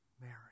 Mary